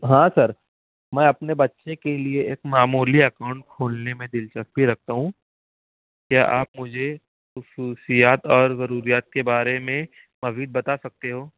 ہاں سر میں اپنے بچے کے لیے ایک معمولی اکاؤنٹ کھولنے میں دلچسپی رکھتا ہوں کیا آپ مجھے خصوصیات اور ضروریات کے بارے میں مزید بتا سکتے ہو